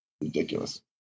ridiculous